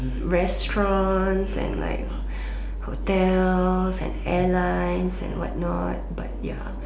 restaurant and like hotel and airlines and what not but ya